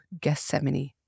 Gethsemane